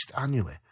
annually